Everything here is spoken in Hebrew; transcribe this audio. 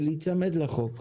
ולהיצמד לחוק.